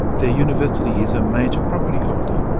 the university is a major property holder,